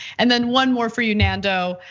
and then one more for you, nando.